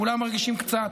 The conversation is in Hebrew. כולם מרגישים קצת.